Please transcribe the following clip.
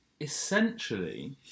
essentially